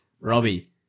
Robbie